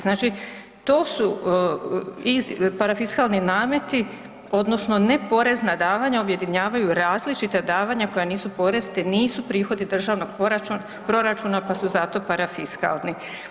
Znači, to su, parafiskalni nameti odnosno neporezna davanja objedinjavanja različita davanja koja nisu porezi, nisu prihodi državnog proračuna pa su zato parafiskalni.